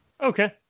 okay